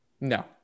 no